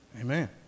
Amen